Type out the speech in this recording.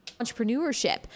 Entrepreneurship